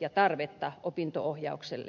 ja tarvetta opinto ohjaukselle